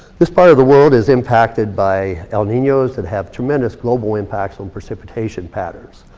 this part of the world is impacted by el nino's that have tremendous global impacts on precipitation patterns.